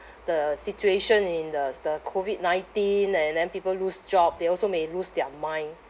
the situation in the the COVID nineteen and then people lose job they also may lose their mind